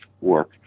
work